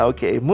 Okay